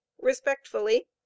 respectfully